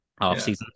offseason